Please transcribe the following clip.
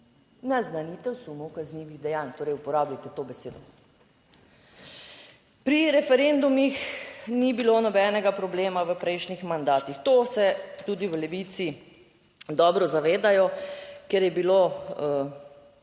Naznanitev sumov kaznivih dejanj. Torej, uporabljajte to besedo. Pri referendumih ni bilo nobenega problema v prejšnjih mandatih, to se tudi v Levici dobro zavedajo, ker je bilo